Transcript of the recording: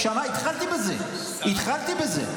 התחלתי בזה, התחלתי בזה.